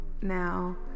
now